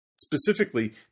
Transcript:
Specifically